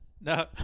No